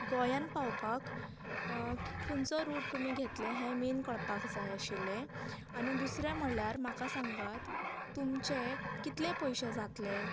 गोंयांत पावपाक तुमी खंयचो रूट घेतले हे तुमी मेन कळपाक जाय आशिल्ले आनी दुसरे म्हणल्यार म्हाका सांगात तमचे कितले पयशे जातले